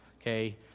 okay